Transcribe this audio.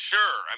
Sure